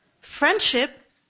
Friendship